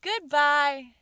Goodbye